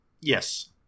Yes